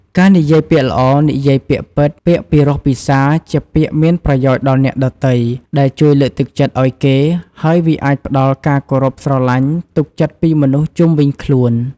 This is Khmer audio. ការនិយាយពាក្យល្អ និយាយពាក្យពិត ពាក្យពីរោះពិសារ ជាពាក្យមានប្រយោជន៍ដល់អ្នកដទៃ ដែលជួយលើកទឹកចិត្តឱ្យគេ ហើយវាអាចផ្តល់ការគោរពស្រទ្បាញ់ ទុកចិត្តពីមនុស្សជុំវិញខ្លួន។